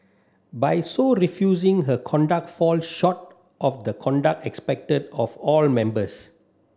by so refusing her conduct fall short of the conduct expected of all members